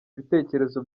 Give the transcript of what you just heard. ibitekerezo